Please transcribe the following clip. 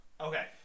Okay